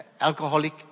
alcoholic